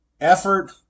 effort